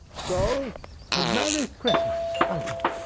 so a merry christmas, uncle!